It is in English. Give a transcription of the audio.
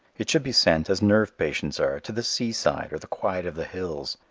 it should be sent, as nerve patients are, to the seaside or the quiet of the hills.